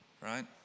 Right